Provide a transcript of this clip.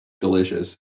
delicious